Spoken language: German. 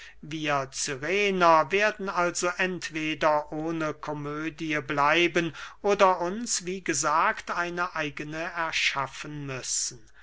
wir cyrener werden also entweder ohne komödie bleiben oder uns wie gesagt eine eigene erschaffen müssen